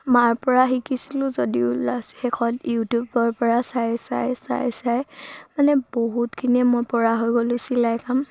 মাৰ পৰা শিকিছিলোঁ যদিও শেষত ইউটিউবৰ পৰা চাই চাই চাই চাই মানে বহুতখিনিয়ে মই পৰা হৈ গ'লোঁ চিলাই কাম